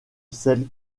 celle